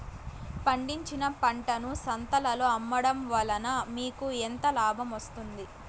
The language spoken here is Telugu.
పండించిన పంటను సంతలలో అమ్మడం వలన మీకు ఎంత లాభం వస్తుంది?